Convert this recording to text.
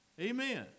Amen